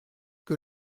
que